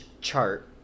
chart